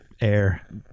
air